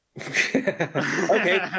Okay